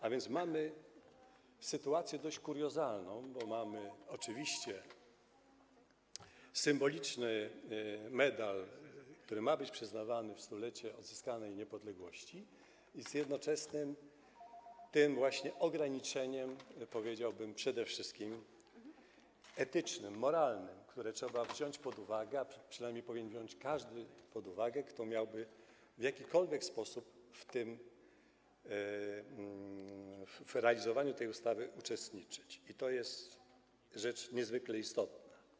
A więc mamy sytuację dość kuriozalną, bo mamy oczywiście symboliczny medal, który ma być przyznawany w stulecie odzyskanej niepodległości, ale z jednoczesnym ograniczeniem, powiedziałbym, że przede wszystkim etycznym, moralnym, które trzeba wziąć pod uwagę, a przynajmniej powinien wziąć pod uwagę każdy, kto miałby w jakikolwiek sposób w realizowaniu tej ustawy uczestniczyć, i to jest rzecz niezwykle istotna.